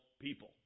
people